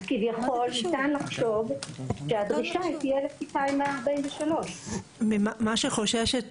אז כביכול ניתן לחשוב שהדרישה היא תהיה לפי 2.143. מה שחוששת